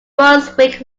brunswick